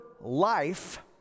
life